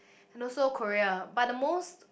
and also Korea but the most